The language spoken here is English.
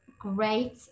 Great